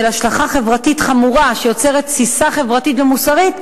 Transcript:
של השלכה חברתית חמורה שיוצרת תסיסה חברתית ומוסרית,